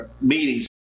Meetings